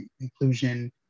inclusion